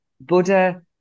Buddha